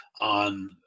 on